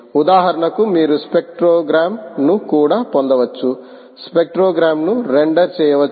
ఉదాహరణకు మీరు స్పెక్ట్రోగ్రామ్ను కూడా పొందవచ్చు స్పెక్ట్రోగ్రామ్ను రెండర్ చేయవచ్చు